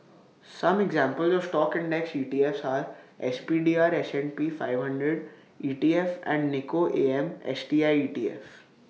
some examples of stock index E T F S are S P D R S and P five hundred E T F and Nikko A M S T I E T F